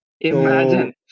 Imagine